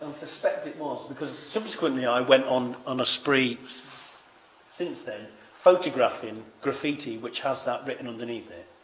suspect it was because subsequently i went on on a spree since then photographing graffiti which has that written underneath it.